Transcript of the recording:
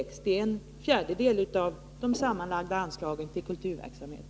Det är en fjärdedel av det sammanlagda anslaget till kulturverksamhet.